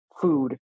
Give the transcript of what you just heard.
food